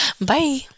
bye